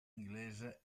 inglese